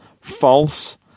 false